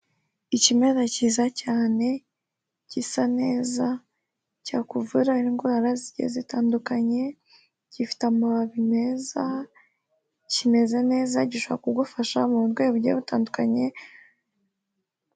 Ikimera cyiza cyane gisa neza, cya kuvura indwara zigiye zitandukanye, gifite amababi meza, kimeze neza gishobora kugufasha mu burwayi bugiye butandukanye.